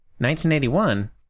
1981